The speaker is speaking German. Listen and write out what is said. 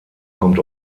kommt